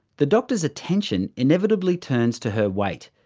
the doctor's attention inevitably turns to her weight,